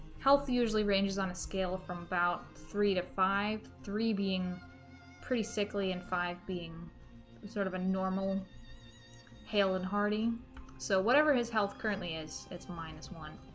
health usually ranges on a scale from about three to five three being pretty sickly and five being sort of a normal hale and hearty so whatever his health currently is it's minus one